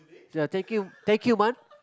ya thank you thank you Mun